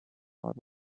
about